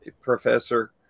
professor